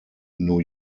new